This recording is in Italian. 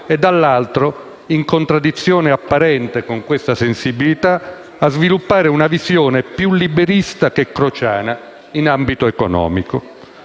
e, dall'altro, in contraddizione apparente con questa sensibilità, a sviluppare una visione più liberista che crociana in ambito economico.